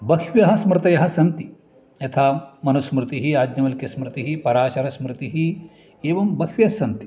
बह्व्यः स्मृतयः सन्ति यथा मनुस्मृतिः याज्ञवल्क्यस्मृतिः पराशरस्मृतिः एवं बह्व्यः सन्ति